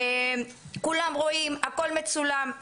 כולם רואים והכול מצולם.